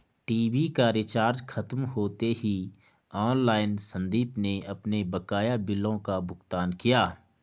TV का recharge खत्म होते ही ऑनलाइन संदीप ने अपने बकाया बिलों का भुगतान किया